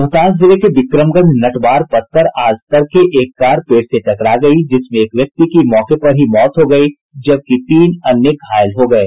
रोहतास जिले के विक्रमगंज नटवार पथ पर आज तड़के एक कार पेड़ से टकरा गयी जिसमें एक व्यक्ति की मौके पर ही मौत हो गयी जबकि तीन अन्य घायल हो गये